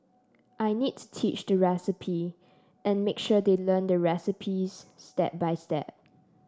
I need to teach the recipe and make sure they learn the recipes step by step